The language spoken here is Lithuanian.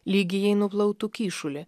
lyg jai nuplautų kyšulį